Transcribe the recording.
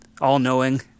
All-knowing